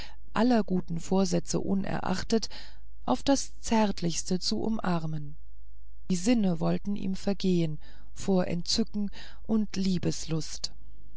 aller guten vorsätze unerachtet auf das zärtlichste zu umarmen die sinne wollten ihm vergehen vor entzücken und